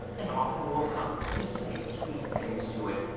and often woke up to say sweet things to it,